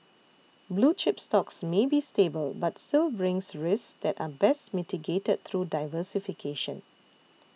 blue chip stocks may be stable but still brings risks that are best mitigated through diversification